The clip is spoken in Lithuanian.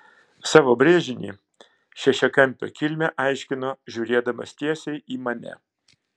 savo brėžinį šešiakampio kilmę aiškino žiūrėdamas tiesiai į mane